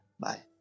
Bye